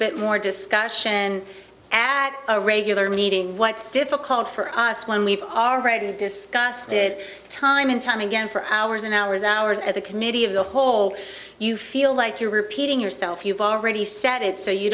bit more discussion at a regular meeting what's difficult for us when we are already discussed it time and time again for hours and hours hours at the committee of the whole you feel like you're repeating yourself you've already set it so you